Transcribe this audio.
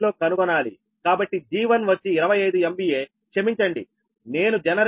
కాబట్టి G1 వచ్చి 25 MVAక్షమించండి నేను జనరేటర్ రేటింగ్ 6